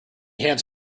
hands